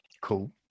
cool